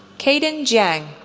caden jiang,